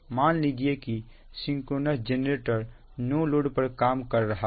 मान लीजिए कि सिंक्रोनस जेनरेटर नो लोड पर काम कर रहा था